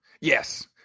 Yes